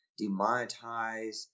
demonetize